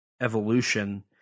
evolution